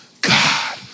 God